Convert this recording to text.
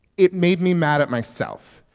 it made me mad at myself.